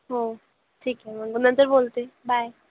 हो ठीक आहे मग नंतर बोलते बाय